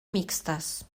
mixtes